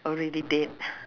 already dead